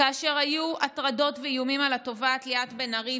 כאשר היו הטרדות ואיומים על התובעת ליאת בן ארי,